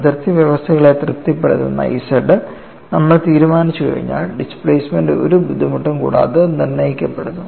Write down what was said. അതിർത്തി വ്യവസ്ഥകളെ തൃപ്തിപ്പെടുത്തുന്ന z നമ്മൾ തീരുമാനിച്ചുകഴിഞ്ഞാൽ ഡിസ്പ്ലേസ്മെൻറ് ഒരു ബുദ്ധിമുട്ടും കൂടാതെ നിർണ്ണയിക്കപ്പെടുന്നു